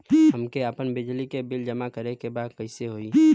हमके आपन बिजली के बिल जमा करे के बा कैसे होई?